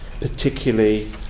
particularly